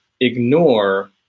ignore